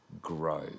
grow